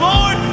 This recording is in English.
Lord